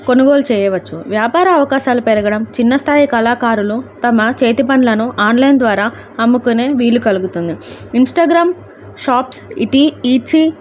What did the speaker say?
కొనుగోలు చేయవచ్చు వ్యాపార అవకాశాలు పెరగడం చిన్న స్థాయి కళాకారులు తమ చేతి పనులను ఆన్లైన్ ద్వారా అమ్ముకునే వీలు కలుగుతుంది ఇంస్టాగ్రామ్ షాప్స్ ఇటీ ఈసీ